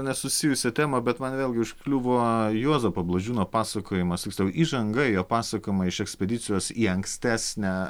nesusijusią temą bet man vėlgi užkliuvo juozapo blažiūno pasakojimas tiksliau įžanga į jo pasakojimą iš ekspedicijos į ankstesnę